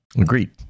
Agreed